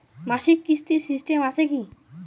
মাসিক কিস্তির সিস্টেম আছে কি?